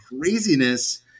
craziness